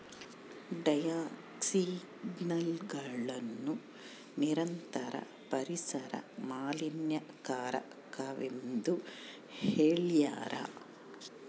ಡಯಾಕ್ಸಿನ್ಗಳನ್ನು ನಿರಂತರ ಪರಿಸರ ಮಾಲಿನ್ಯಕಾರಕವೆಂದು ಹೇಳ್ಯಾರ